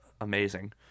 amazing